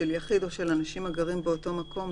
של יחיד או של אנשים הגרים באותו מקום,